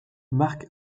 mark